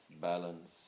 balance